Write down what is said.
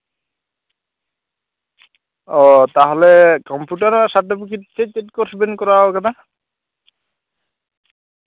ᱚᱸᱻ ᱛᱟᱦᱚᱞᱮ computer certificate ᱪᱮᱫ ᱪᱮᱫ ᱠᱚ ᱠᱳᱨᱥ ᱵᱮᱱ ᱠᱚᱨᱟᱣ ᱠᱟᱫᱟ